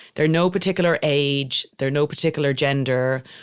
there are no particular age. there are no particular gender,